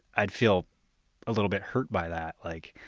i'd feel a little bit hurt by that. like,